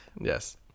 Yes